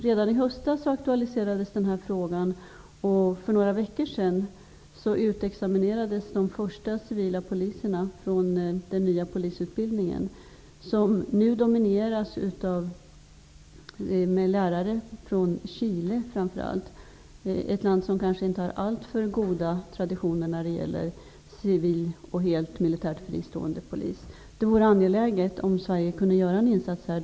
Redan i höstas aktualiserades denna fråga. För några veckor sedan utexaminerades de första poliserna från den nya polisutbildningen. Utbildningen dominieras nu av lärare från framför allt Chile. Det är ett land som kanske inte har alltför goda traditioner när det gäller civil och helt militärt fristående polis. Det vore angeläget om Sverige kunde göra en insats här.